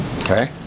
Okay